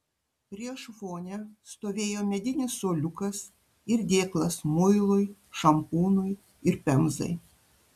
prieš vonią stovėjo medinis suoliukas ir dėklas muilui šampūnui ir pemzai